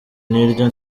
n’iryo